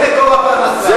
זה מקור הפרנסה.